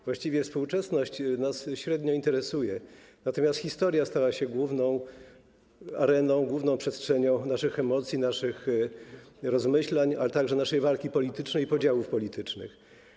Właściwie współczesność średnio nas interesuje, natomiast historia stała się główną areną, główną przestrzenią naszych emocji, rozmyślań, ale także naszej walki politycznej i podziałów politycznych.